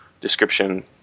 Description